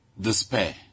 despair